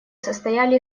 состояли